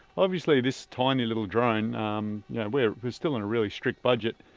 obviously, this tiny little drone, yeah we're still on a really strict budget,